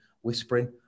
whispering